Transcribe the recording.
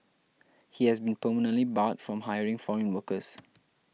he has been permanently barred from hiring foreign workers